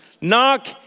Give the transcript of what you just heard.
Knock